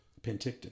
Penticton